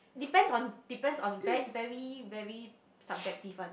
depend on depend on very very very subjective one